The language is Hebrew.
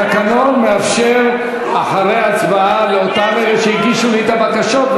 התקנון מאפשר אחרי ההצבעה לאותם אלה שהגישו לי את הבקשות,